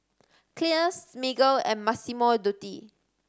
Clear Smiggle and Massimo Dutti